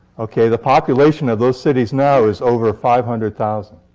okay, the population of those cities now is over five hundred thousand.